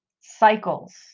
cycles